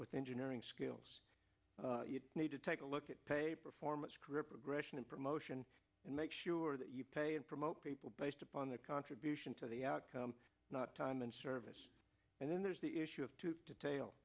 with engineering skills you need to take a look at pay performance career progression and promotion and make sure that you pay and promote people based upon their contribution to the outcome not time and service and then there's the issue of to